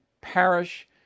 parish